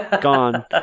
gone